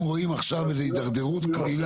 אם רואים עכשיו איזו התדרדרות קלילה.